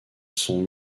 son